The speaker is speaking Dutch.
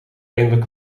eindelijk